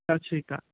ਸਤਿ ਸ਼੍ਰੀ ਅਕਾਲ